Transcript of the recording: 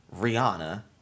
Rihanna